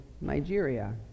Nigeria